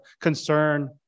concern